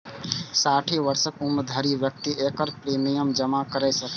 साठि वर्षक उम्र धरि व्यक्ति एकर प्रीमियम जमा कैर सकैए